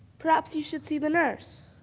perhaps you should see the nurse.